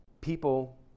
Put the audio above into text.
people